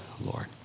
Lord